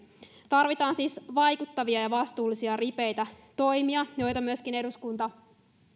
tarvitaan siis vaikuttavia ja vastuullisia ripeitä toimia joita eduskunta